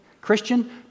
Christian